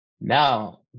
now